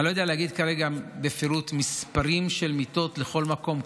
אני לא יודע להגיד כרגע בפירוט מספרים של מיטות לכל מקום,